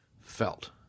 felt